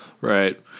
Right